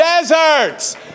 deserts